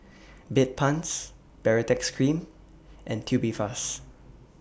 Bedpans Baritex Cream and Tubifast